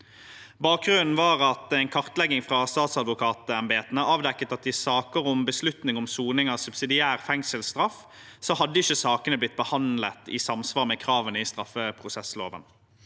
Bakgrunnen var en kartlegging fra statsadvokatembetene som avdekket at i saker om beslutning om soning av subsidiær fengselsstraff hadde ikke sakene blitt behandlet i samsvar med kravene i straffeprosessloven.